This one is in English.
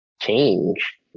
change